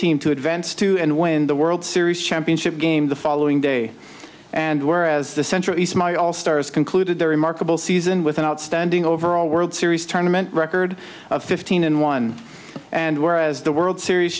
team to advance to and win the world series championship game the following day and whereas the centuries my all stars concluded their remarkable season with an outstanding overall world series tournaments record of fifteen and one and whereas the world series